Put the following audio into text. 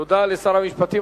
תודה לשר המשפטים.